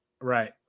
Right